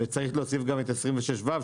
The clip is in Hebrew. וצריך להוסיף גם את 26ו,